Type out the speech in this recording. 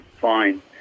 fine